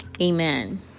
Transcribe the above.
Amen